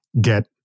get